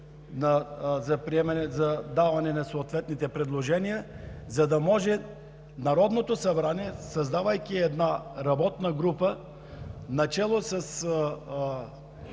четене за даване на съответните предложения, за да може Народното събрание, създавайки една работна група начело с